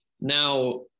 Now